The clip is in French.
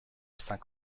cinq